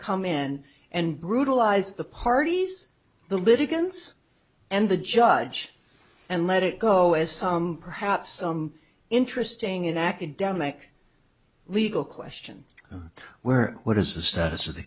come in and brutalize the parties the litigants and the judge and let it go as some perhaps some interesting in academic legal question where what is the status of the